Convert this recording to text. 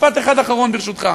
משפט אחד אחרון, ברשותך.